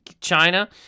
China